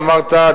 אמרת,